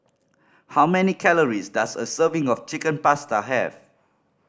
how many calories does a serving of Chicken Pasta have